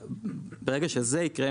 ברגע שזה יקרה,